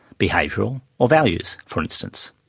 behavioural or values, for instance.